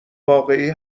واقعی